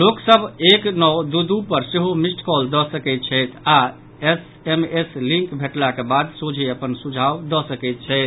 लोक सभ एक नओ दू दू पर सेहो मिस्ड कॉल दऽ सकैत छथि आओर एस एम एस लिंक भेटलाक बाद सोझो अपन सुझाव दऽ सकैत छथि